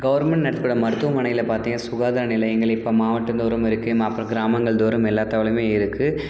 government நடத்துகிற மருத்துவமனையில் பார்த்தேன் சுகாதார நிலையங்கள் இப்போ மாவட்டம்தோறும் இருக்குது அப்புறம் கிராமங்கள்தோறும் எல்லாத்தாலுமே இருக்குது